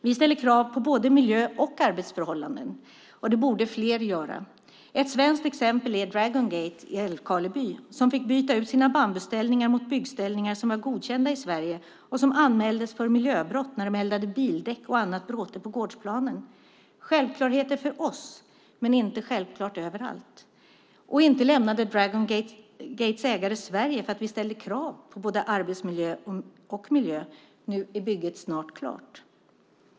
Vi ställer krav på både miljö och arbetsförhållanden, och det borde fler göra. Ett svenskt exempel är Dragon Gate i Älvkarleby, som fick byta ut sina bambuställningar mot byggställningar som är godkända i Sverige och som anmäldes för miljöbrott när de eldade bildäck och annat bråte på gårdsplanen. Det som är självklarheter för oss är inte självklart överallt. Och inte lämnade Dragon Gates ägare Sverige för att vi ställde krav på både arbetsmiljö och miljö. Nu är bygget snart klart.